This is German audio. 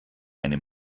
eine